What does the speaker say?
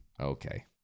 Okay